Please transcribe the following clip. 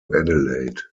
adelaide